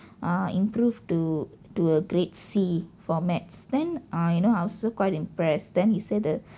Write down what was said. ah improved to to a grade C for maths then ah you know I was so quite impressed then he say that